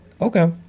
Okay